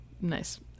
Nice